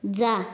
जा